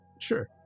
sure